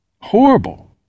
Horrible